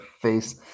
face